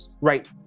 right